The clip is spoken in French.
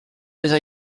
les